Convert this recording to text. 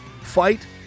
fight